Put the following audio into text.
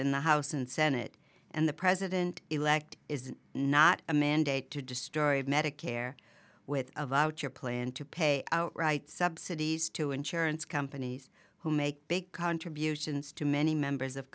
in the house and senate and the president elect is not a mandate to destroy medicare with a voucher plan to pay outright subsidies to insurance companies who make big contributions to many members of